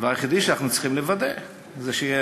הדבר היחידי שאנחנו צריכים לוודא הוא שתהיה